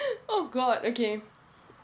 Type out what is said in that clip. oh god okay